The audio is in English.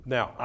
Now